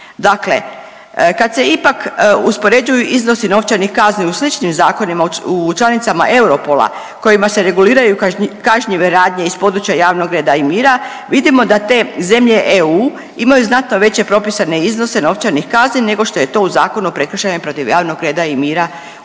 Dakle, kad se ipak uspoređuju iznosi novčanih kazni u sličim zakonima u članicama Europola kojima se reguliraju kažnjive radnje iz područja javnog reda i mira vidimo da te zemlje EU imaju znatno veće propisane iznose novčanih kazni nego što je to u Zakonu o prekršajima protiv javnog reda i mira u RH.